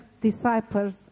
disciples